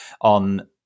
on